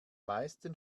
meisten